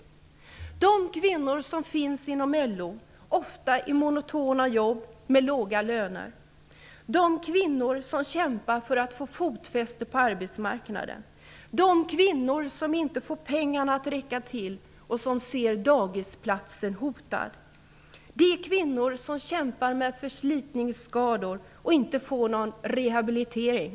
Det handlar om de kvinnor som finns inom LO, ofta i monotona jobb med låga löner. Det handlar om de kvinnor som kämpar för att få fotfäste på arbetsmarknaden. Det handlar om de kvinnor som inte får pengarna att räcka till och som ser dagisplatsen hotad. Det handlar om de kvinnor som kämpar med förslitningsskador och inte får någon rehabilitering.